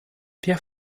wer